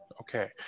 Okay